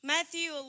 Matthew